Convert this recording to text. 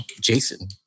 Jason